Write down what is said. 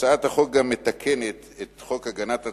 הצעת החוק גם מתקנת את חוק הגנת הצרכן,